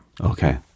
Okay